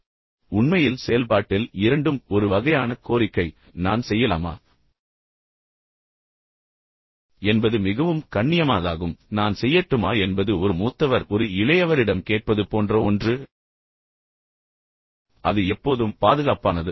ந உண்மையில் செயல்பாட்டில் இரண்டும் ஒரு வகையான கோரிக்கை நான் செய்யலாமா என்பது மிகவும் கண்ணியமானதாகும் நான் செய்யட்டுமா என்பது ஒரு மூத்தவர் ஒரு இளையவரிடம் கேட்பது போன்ற ஒன்று அது எப்போதும் பாதுகாப்பானது